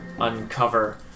uncover